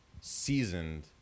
seasoned